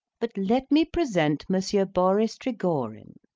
but let me present monsieur boris trigorin.